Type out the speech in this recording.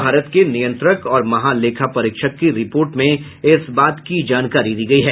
भारत के नियंत्रक और महालेखा परीक्षक की रिपोर्ट में इस बात की जानकारी दी गयी है